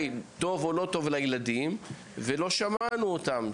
טוב או לא טוב לילדים ולא שמענו אותם,